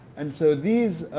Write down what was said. and so these